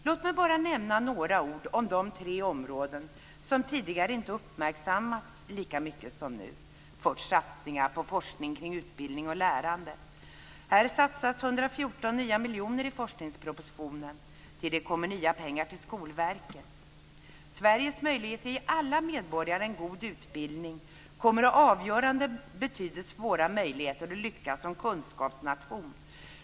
Låt mig bara nämna några ord om de tre områden som tidigare inte uppmärksammats lika mycket som nu. Det gäller först satsningarna på forskning kring utbildning och lärande. Här satsas 114 nya miljoner i forskningspropositionen. Till det kommer nya pengar till Skolverket. Sveriges möjligheter att ge alla medborgare en god utbildning kommer att ha avgörande betydelse för våra möjligheter att lyckas som kunskapsnation.